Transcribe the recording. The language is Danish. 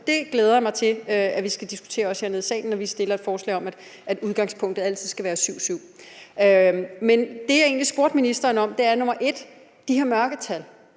det glæder jeg mig til at vi skal diskutere hernede i salen, når vi stiller et forslag om, at udgangspunktet altid skal være 7-7. Men det, jeg egentlig spurgte ministeren om, var 1) de her mørketal,